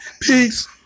Peace